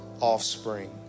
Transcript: offspring